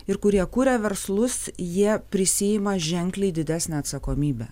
ir kurie kuria verslus jie prisiima ženkliai didesnę atsakomybę